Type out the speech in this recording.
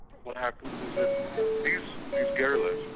what happens is that these these guerrillas,